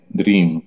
dream